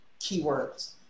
keywords